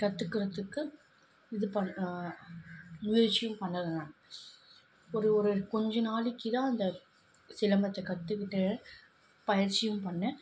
கற்றுக்கறதுக்கு இது பண்ண முயற்சியும் பண்ணலை நான் ஒரு ஒரு கொஞ்சம் நாளைக்குதான் அந்த சிலம்பத்தை கற்றுக்கிட்டு பயிற்சியும் பண்ணிணேன்